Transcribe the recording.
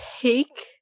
take